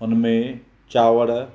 हुन में चांवरु